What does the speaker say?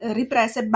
riprese